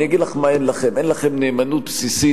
האם תרצו